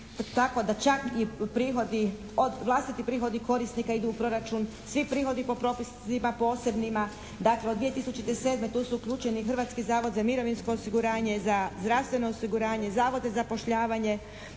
tako da čak vlastiti prihodi korisnika idu u proračun, svi prihodi po propisima posebnima. Dakle, od 2007. tu su uključeni Hrvatski zavod za mirovinsko osiguranje, za zdravstveno osiguranje, Zavod za zapošljavanje.